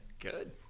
good